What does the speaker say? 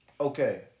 Okay